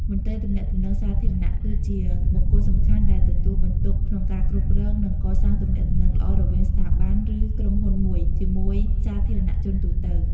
មន្ត្រីទំនាក់ទំនងសាធារណៈគឺជាបុគ្គលសំខាន់ដែលទទួលបន្ទុកក្នុងការគ្រប់គ្រង និងកសាងទំនាក់ទំនងល្អរវាងស្ថាប័ន ឬក្រុមហ៊ុនមួយ ជាមួយសាធារណជនទូទៅ។